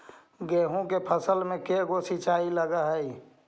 गेहूं के फसल मे के गो सिंचाई लग हय?